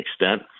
extent